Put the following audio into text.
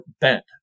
bent